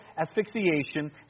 asphyxiation